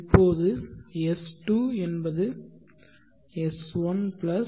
இப்போது S2 என்பது S1 S1 × i